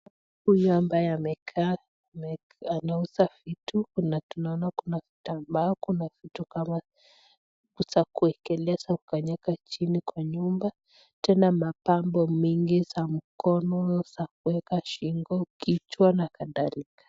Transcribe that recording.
Huyu ambaye amekaa anauza vitu. Tunaona kuna vitambaa kuna vitu kama za kuekelea, za kukanyaga chini kwa nyumba. Tena mapambo mengi za mkono, za kueka shingo, kichwa na kadhalika.